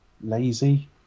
lazy